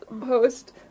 post